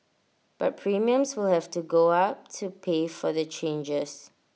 but premiums will have to go up to pay for the changes